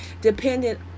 dependent